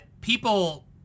People